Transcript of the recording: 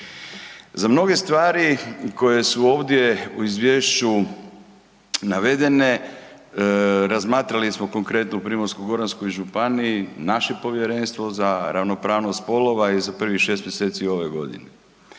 Za mnoge stvari koje su ovdje u izvješću navedene razmatrali smo konkretno u Primorsko-goranskoj županiji, naše povjerenstvo za ravnopravnost spolova je za prvih šest mjeseci ove godine